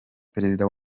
perezida